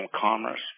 commerce